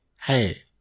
hey